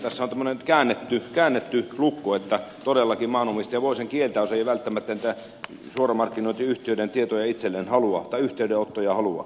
tässähän on tämmöinen käännetty lukko että todellakin maanomistaja voi sen kieltää jos ei välttämättä niitä suoramarkkinointiyhtiöiden yhteydenottoja halua